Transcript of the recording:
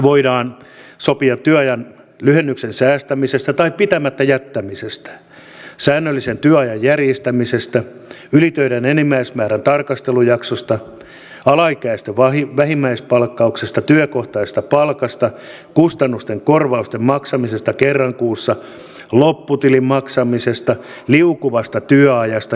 voidaan sopia työajan lyhennyksen säästämisestä tai pitämättä jättämisestä säännöllisen työajan järjestämisestä ylitöiden enimmäismäärän tarkastelujaksosta alaikäisten vähimmäispalkkauksesta työkohtaisesta palkasta kustannusten korvausten maksamisesta kerran kuussa lopputilin maksamisesta liukuvasta työajasta ja niin edelleen